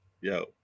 yo